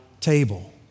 table